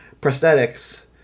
prosthetics